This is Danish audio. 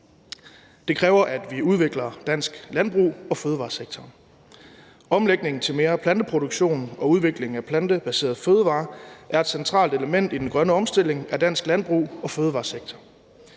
Det kræver, at vi udvikler det danske landbrug og fødevaresektoren. Omlægningen til mere planteproduktion og udvikling af plantebaserede fødevarer er et centralt element i den grønne omstilling af det danske landbrug og fødevaresektoren.